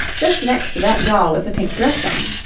just next to that doll with the pink dress on.